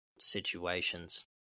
situations